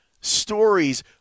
stories